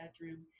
bedroom